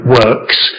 works